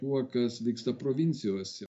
tuo kas vyksta provincijose